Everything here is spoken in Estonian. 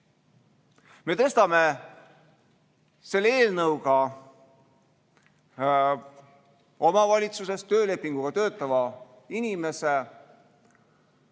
Me tõstame selle eelnõuga omavalitsuses töölepinguga töötava inimese